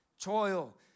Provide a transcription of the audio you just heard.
toil